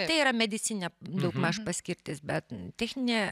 tai yra medicininė daugmaž paskirtis bet techninė